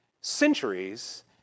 centuries